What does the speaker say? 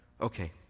Okay